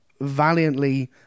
valiantly